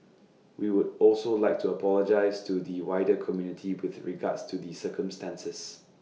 we would also like to apologise to the wider community with regards to the circumstances